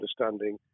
understanding